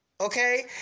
okay